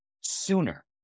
sooner